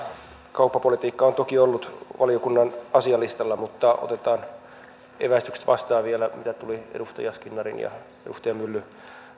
kauppapolitiikka on toki ollut valiokunnan asialistalla mutta otetaan vielä vastaan evästykset mitä tuli edustaja skinnarin ja edustaja